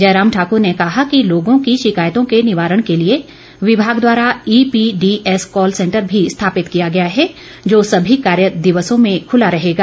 जयराम ठाक्र ने कहा कि लोगों की शिकायतों के निवारण के लिए विभाग द्वारा ईपीडीएस कॉल सैंटर भी स्थापित किया गया है जो सभी कार्य दिवसों में खुला रहेगा